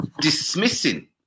dismissing